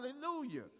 hallelujah